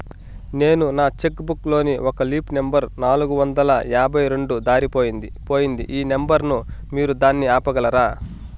నేను నా cheque book లోని ఒక లీఫ్ నెంబర్ నాలుగు వందల యాభై రెండు దారిపొయింది పోయింది ఈ నెంబర్ ను మీరు దాన్ని ఆపగలరా?